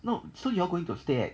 no so you all going to stay at